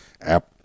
app